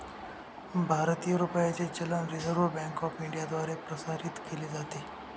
भारतीय रुपयाचे चलन रिझर्व्ह बँक ऑफ इंडियाद्वारे प्रसारित केले जाते